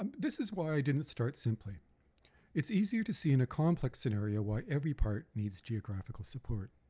um this is why i didn't start simply it's easier to see in a complex scenario why every part needs geographical support.